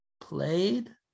played